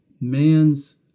man's